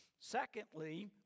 Secondly